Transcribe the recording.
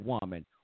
woman